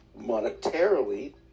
monetarily